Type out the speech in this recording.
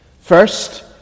First